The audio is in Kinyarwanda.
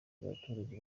abaturage